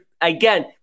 again